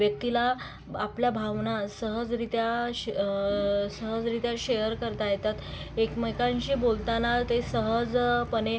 व्यक्तीला आपल्या भावना सहजरीत्या शे सहजरीत्या शेअर करता येतात एकमेकांशी बोलताना ते सहजपणे